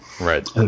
Right